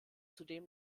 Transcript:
zudem